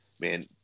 man